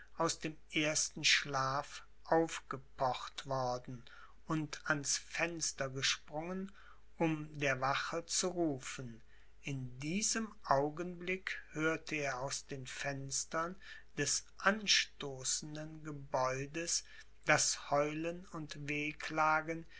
aus dem ersten schlaf aufgepocht worden und ans fenster gesprungen um der wache zu rufen in diesem augenblick hörte er aus den fenstern des anstoßenden gebäudes das heulen und wehklagen